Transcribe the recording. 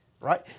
right